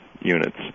units